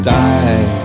die